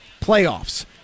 playoffs